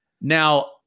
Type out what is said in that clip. Now